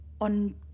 on